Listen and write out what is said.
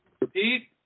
Repeat